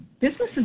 businesses